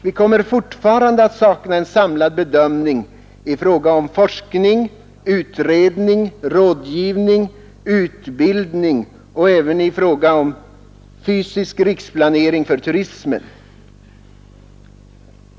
Vi kommer fortfarande att sakna en samlad bedömning i fråga om forskning, utredning, rådgivning, utbildning och även i fråga om fysisk riksplanering för turismen.